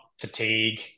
fatigue